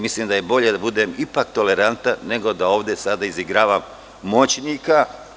Mislim da je bolje da budem tolerantan, nego da ovde sada izigravam moćnika.